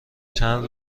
چند